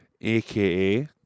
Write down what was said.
AKA